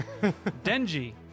Denji